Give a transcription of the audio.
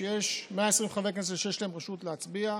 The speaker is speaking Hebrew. כשיש 120 חברי כנסת שיש להם רשות להצביע,